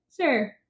Sure